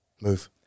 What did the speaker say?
Move